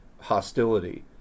hostility